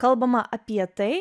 kalbama apie tai